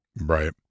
Right